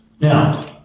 Now